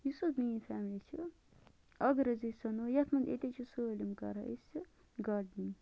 یُس حظ میٛٲنۍ فیملی چھِ اَگر حظ أسۍ سٕنو یَتھ منٛز ییٚتہِ حظ چھِ سٲلِم کران أسہِ گاڈنِنٛگ